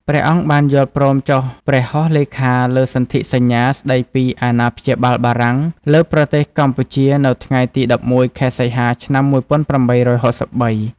ព្រះអង្គបានយល់ព្រមចុះព្រះហស្តលេខាលើសន្ធិសញ្ញាស្តីពីអាណាព្យាបាលបារាំងលើប្រទេសកម្ពុជា នៅថ្ងៃទី ១១ ខែសីហា ឆ្នាំ ១៨៦៣។